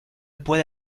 puede